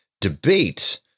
debate